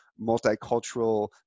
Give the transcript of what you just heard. multicultural